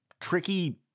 tricky